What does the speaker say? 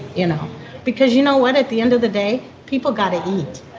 you know because you know what, at the end of the day, people got to eat.